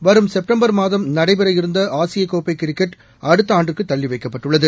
வரும் செப்டம்பர் மாதம் நடைபெறவிருந்த ஆசிய கோப்பை கிரிக்கெட் அடுத்த ஆண்டுக்கு தள்ளி வைக்கப்பட்டுள்ளது